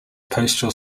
postal